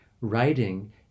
writing